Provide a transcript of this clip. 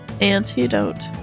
Antidote